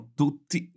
tutti